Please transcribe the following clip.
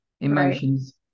emotions